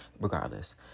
regardless